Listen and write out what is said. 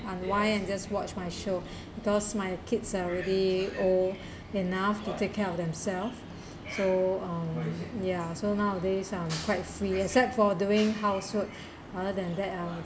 unwind and just watch my show because my kids are really old enough to take care of themselves so um ya so nowadays I'm quite free except for doing housework rather than that I'll